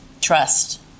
Trust